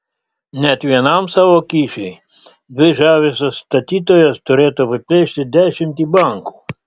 net vienam savo kyšiui dvi žaviosios statytojos turėtų apiplėšti dešimtį bankų